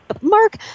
mark